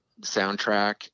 soundtrack